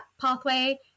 pathway